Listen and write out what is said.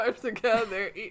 together